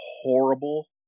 horrible